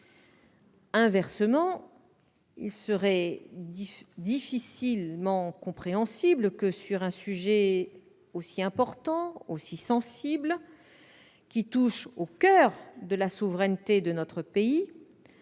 Inversement, il serait difficilement compréhensible que, sur un sujet aussi important et aussi sensible, qui touche au coeur de la souveraineté de notre pays,